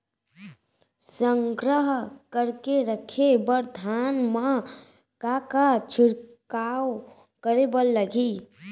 संग्रह करके रखे बर धान मा का का छिड़काव करे बर लागही?